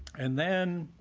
and then,